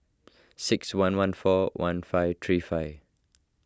six one one four one five three five